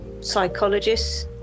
psychologists